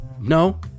No